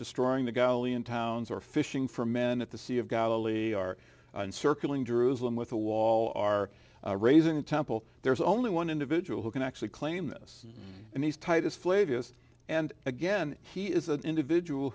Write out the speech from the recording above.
destroying the goalie in towns or fishing for men at the sea of galilee or circling jerusalem with a wall are raising the temple there's only one individual who can actually claim this and he's titus flavius and again he is an individual